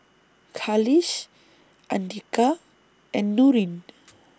Khalish Andika and Nurin